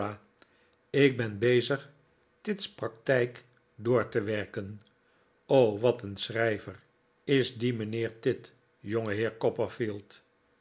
ik ben bezig tidd's praktijk door te werken o wat een schrijver is die mijnheer tidd jongeheer